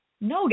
no